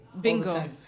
bingo